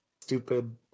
stupid